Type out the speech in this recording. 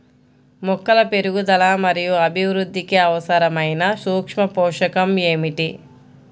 మొక్కల పెరుగుదల మరియు అభివృద్ధికి అవసరమైన సూక్ష్మ పోషకం ఏమిటి?